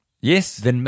Yes